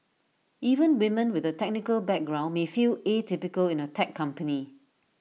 even women with A technical background may feel atypical in A tech company